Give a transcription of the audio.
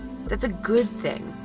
that's a good thing.